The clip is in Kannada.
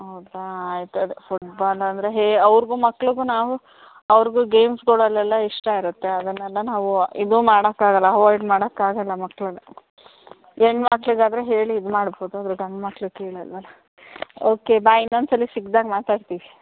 ಹೌದಾ ಆಯಿತದು ಫುಟ್ಬಾಲ್ ಅಂದರೆ ಹೇ ಅವ್ರಿಗೂ ಮಕ್ಳಿಗೂ ನಾವು ಅವ್ರಿಗೂ ಗೇಮ್ಸ್ಗಳಲ್ಲೆಲ್ಲ ಇಷ್ಟ ಇರುತ್ತೆ ಅದನ್ನೆಲ್ಲ ನಾವು ಇದೂ ಮಾಡೋಕ್ಕಾಗಲ್ಲ ಹೊವಾಯ್ಡ್ ಮಾಡೋಕ್ಕಾಗಲ್ಲ ಮಕ್ಕಳನ್ನ ಹೆಣ್ ಮಕ್ಕಳಿಗಾದ್ರೆ ಹೇಳಿ ಇದು ಮಾಡ್ಬೋದು ಆದರೆ ಗಂಡ್ಮಕ್ಳು ಕೇಳಲ್ವಲ್ಲ ಓಕೆ ಬೈ ಇನ್ನೊಂದು ಸಲ ಸಿಕ್ದಾಗ ಮಾತಾಡ್ತೀವಿ